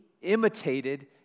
imitated